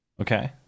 okay